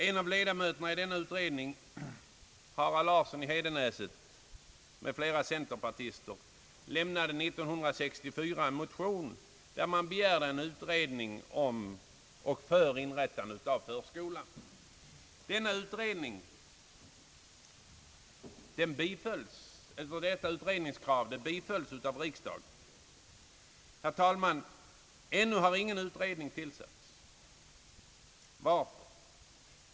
En av ledamöterna i denna utredning, Harald Larsson i Hedenäset, lämnade 1964 tillsammans med en del andra centerpartister en motion i vilken begärdes en utredning om införande av förskolan. Detta utredningskrav bifölls av riksdagen. Herr talman! Ännu har ingen utredning tillsatts. Varför?